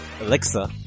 Alexa